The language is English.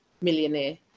Millionaire